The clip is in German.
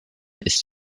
ist